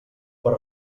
per